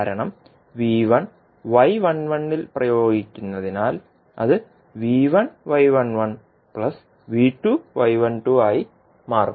കാരണം y11 ൽ പ്രയോഗിക്കുന്നതിനാൽ അത് ആയി മാറും